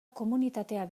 komunitatea